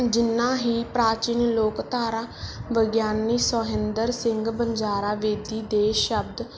ਜਿੰਨਾ ਹੀ ਪ੍ਰਾਚੀਨ ਲੋਕਧਾਰਾ ਵਿਗਿਆਨੀ ਸੁਹਿੰਦਰ ਸਿੰਘ ਵਣਜਾਰਾ ਬੇਦੀ ਦੇ ਸ਼ਬਦ